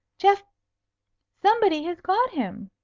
geoff somebody has got him.